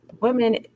women